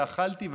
ואכלתי,